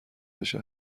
بشه